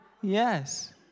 yes